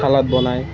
salad বনাই